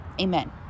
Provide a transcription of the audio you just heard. Amen